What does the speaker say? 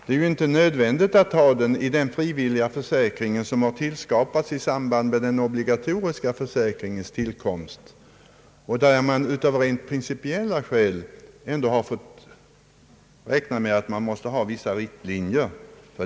Det är ju inte nödvändigt att anlita den frivilliga försäkringen som har tillskapats i samband med den obligatoriska försäkringens tillkomst och för vilken man ändå av rent principiella skäl får räkna med att tillämpa vissa riktlinjer.